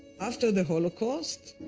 after the holocaust,